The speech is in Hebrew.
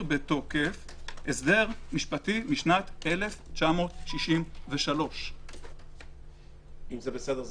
בתוקף הסדר משפטי משנת 1963. אם זה בסדר,